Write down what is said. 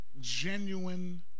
genuine